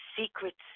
secrets